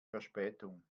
verspätung